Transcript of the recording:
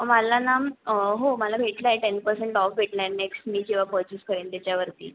मला ना हो मला भेटला आहे टेन पर्सेंट ऑफ भेटला आहे नेक्स्ट मी जेव्हा मी पर्चेस करेन त्याच्यावरती